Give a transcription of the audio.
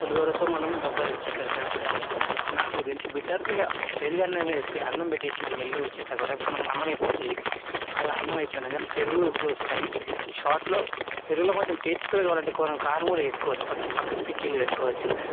పులిహోరతో మనం డబ్బా కలుపుకుంటాం నాకు తెలిసి బెటర్గా పెరుగన్నమే అన్నం పెట్టేసి మనం వెళ్లి వచ్చి ఇట్లా రఫ్గా అన్నం అయిపోతుంది అలా అన్నం అయిపోయినా కానీ పెరుగు పోసుకుని షార్ట్లో పెరుగులో కొంచెం టేస్ట్ కూడా కావాలంటే కొంచెం కారం కూడా వేసుకోవచ్చు పక్కకు పక్కకి పికిల్ పెట్టుకోవచ్చు